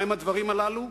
מהם הדברים הללו?